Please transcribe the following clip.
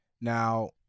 now